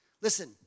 Listen